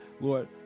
Lord